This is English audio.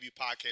podcast